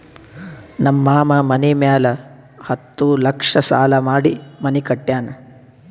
ನಮ್ ಮಾಮಾ ಮನಿ ಮ್ಯಾಲ ಹತ್ತ್ ಲಕ್ಷ ಸಾಲಾ ಮಾಡಿ ಮನಿ ಕಟ್ಯಾನ್